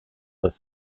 the